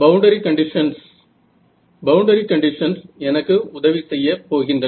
boundary conditions boundary conditions எனக்கு உதவி செய்யப் போகின்றன